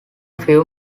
few